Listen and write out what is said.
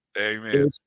Amen